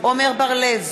עמר בר-לב,